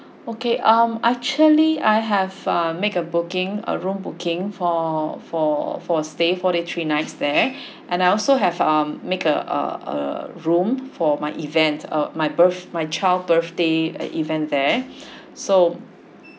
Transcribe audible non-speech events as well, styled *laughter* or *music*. okay um actually I have uh made a booking a room booking for for for stay four day three nights there *breath* and I also have um make a uh err room for my events uh my birth~ my child birthday err event there *breath* so